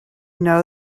know